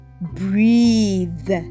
Breathe